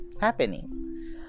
happening